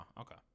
okay